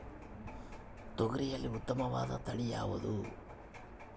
ತೊಗರಿಯಲ್ಲಿ ಉತ್ತಮವಾದ ತಳಿ ಯಾವುದು?